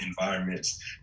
environments